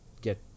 get